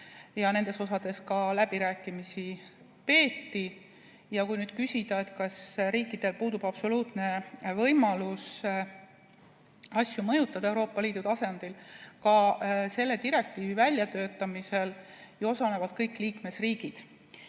ja nendes osades ka läbirääkimisi peeti. Kui nüüd küsida, kas riikidel puudub absoluutselt võimalus asju mõjutada Euroopa Liidu tasandil, siis ka selle direktiivi väljatöötamisel on osalenud kõik liikmesriigid,